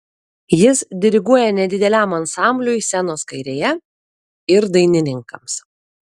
jis diriguoja nedideliam ansambliui scenos kairėje ir dainininkams